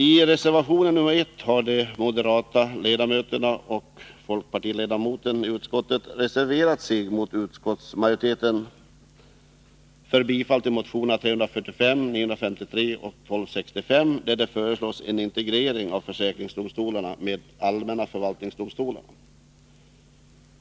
I reservation 1 har de moderata ledamöterna och folkpartiledamoten i utskottet reserverat sig för bifall till motionerna 345, 953 och 1265 där det föreslås en integrering av försäkringsdomstolarna med de allmänna förvaltningsdomstolarna.